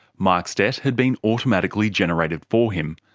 mark's debt had been automatically generated for him.